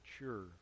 mature